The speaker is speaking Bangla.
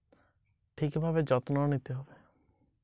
গোলাপী বোলওয়ার্ম প্রতিরোধে কী কী ব্যবস্থা নেওয়া হয়?